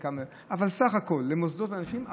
אבל בסך הכול למוסדות ואנשים,